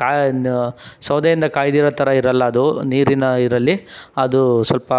ಕಾ ಸೌದೆಯಿಂದ ಕಾದಿರೋ ಥರ ಇರೋಲ್ಲ ಅದು ನೀರಿನ ಇದರಲ್ಲಿ ಅದು ಸ್ವಲ್ಪ